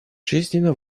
жизненно